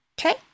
Okay